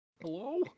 Hello